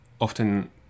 often